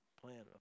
plan